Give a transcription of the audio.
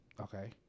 okay